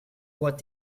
what